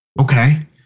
Okay